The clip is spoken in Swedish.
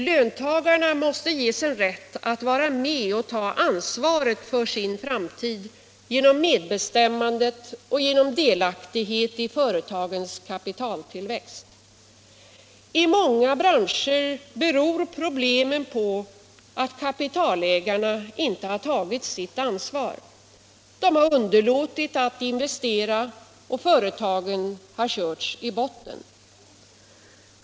Löntagarna måste ges rätt att vara med och ta ansvar för sin framtid genom medbestämmande och delaktighet i företagens kapitaltillväxt. I många branscher beror problemen på att kapitalägarna inte har tagit sitt ansvar. De har underlåtit att investera, och företagen har körts i botten.